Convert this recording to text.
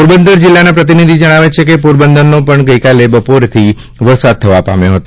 પોરબંદ જિલ્લાના પ્રતિનિધિ જણાવે છે કે પોરબંદરનો પણ ગઇકાલે બપોર બાદ વરસાદ થવા પામ્યો હતો